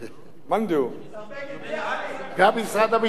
השר בגין, גם משרד הביטחון הוא מאן דהוא.